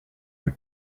for